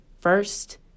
first